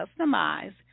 customize